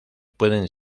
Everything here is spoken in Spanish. pueden